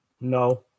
No